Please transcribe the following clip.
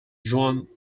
juan